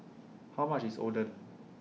How much IS Oden